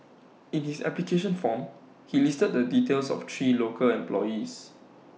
in his application form he listed the details of three local employees